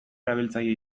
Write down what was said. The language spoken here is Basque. erabiltzaile